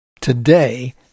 Today